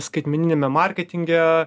skaitmeniniame marketinge